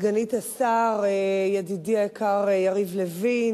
סגנית השר, ידידי היקר יריב לוין,